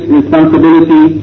responsibility